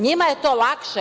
Njima je to lakše.